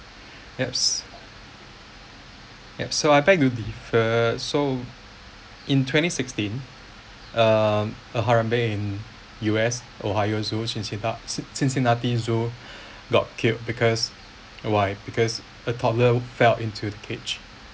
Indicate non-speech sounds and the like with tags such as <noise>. apes apes so I beg to differ so in twenty sixteen um a harambe in U_S ohio zoo cincinta~ cincinnati zoo <breath> got killed because why because a toddler fell into the cage